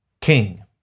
king